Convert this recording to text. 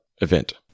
event